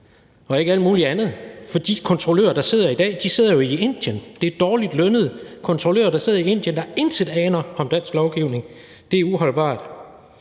og ikke alt muligt andet. For de kontrollører, der sidder der i dag, sidder jo i Indien. Det er dårligt lønnede kontrollører, der sidder i Indien, og som intet aner om dansk lovgivning. Det er uholdbart.